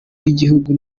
bw’igihugu